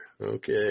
Okay